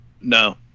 No